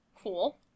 cool